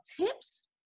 tips